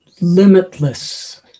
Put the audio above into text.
limitless